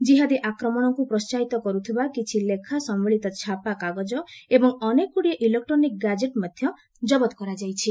ଜିହାଦୀ ଆକ୍ରମଣକୁ ପ୍ରୋହାହିତ କରୁଥିବା କିଛି ଲେଖା ସମ୍ଭଳିତ ଛାପା କାଗଜ ଏବଂ ଅନେକଗୁଡିଏ ଇଲେକ୍ଟ୍ରୋନିକ୍ ଗାଜେଟ୍ ମଧ୍ୟ ଜବତ କରାଯାଇଛି